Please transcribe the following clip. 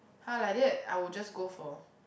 !huh! like that I will just go for